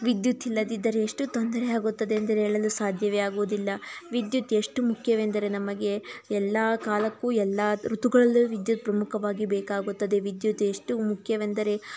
ವಿದ್ಯುತ್ ಇಲ್ಲದಿದ್ದರೆ ಎಷ್ಟು ತೊಂದರೆಯಾಗುತ್ತದೆ ಎಂದು ಹೇಳಲು ಸಾಧ್ಯವೇ ಆಗುವುದಿಲ್ಲ ವಿದ್ಯುತ್ ಎಷ್ಟು ಮುಖ್ಯವೆಂದರೆ ನಮಗೆ ಎಲ್ಲ ಕಾಲಕ್ಕೂ ಎಲ್ಲ ಋತುಗಳಲ್ಲೂ ವಿದ್ಯುತ್ ಪ್ರಮುಖವಾಗಿ ಬೇಕಾಗುತ್ತದೆ ವಿದ್ಯುತ್ ಎಷ್ಟು ಮುಖ್ಯವೆಂದರೆ